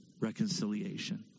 reconciliation